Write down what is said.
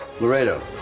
Laredo